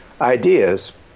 ideas